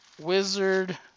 wizard